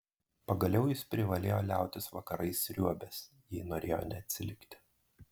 pagaliau jis privalėjo liautis vakarais sriuobęs jei norėjo neatsilikti